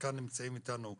חלקם נמצאים איתנו פיזית,